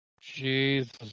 Jesus